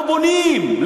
לא בונים,